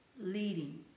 leading